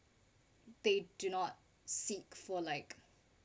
they do not seek for like